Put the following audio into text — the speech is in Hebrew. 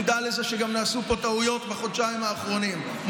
וגם מודע לזה שנעשו פה טעויות בחודשיים האחרונים,